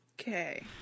Okay